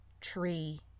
tree